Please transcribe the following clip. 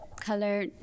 color